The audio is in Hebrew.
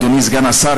אדוני סגן השר,